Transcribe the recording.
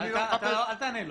אני לא --- אל תענה לו.